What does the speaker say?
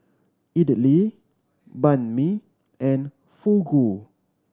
Idili Banh Mi and Fugu